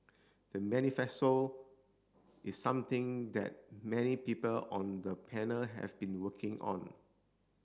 the manifesto is something that many people on the panel have been working on